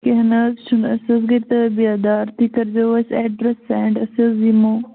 کیٚنٛہہ نہٕ حظ چھُنہٕ أسۍ حظ گٔے تٲبیا دار تُہۍ کٔرۍ زیو اَسہِ ایڈرَس سٮ۪نٛڈ أسۍ حظ یِمو